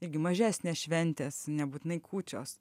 irgi mažesnės šventės nebūtinai kūčios